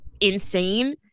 insane